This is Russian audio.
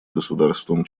государством